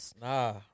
Nah